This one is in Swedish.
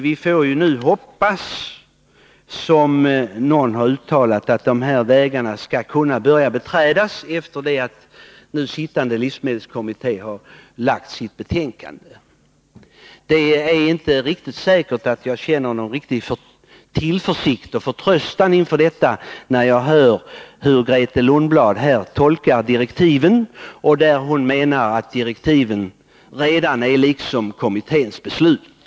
Vi får nu hoppas, som någon har uttalat, att dessa vägar skall kunna börja beträdas, efter det att den nu sittande livsmedelskommittén har lagt fram sitt betänkande. Men jag känner inte någon riktig tillförsikt och förtröstan inför detta, när jag hör Grethe Lundblad tolka direktiven och mena att de redan är kommitténs beslut.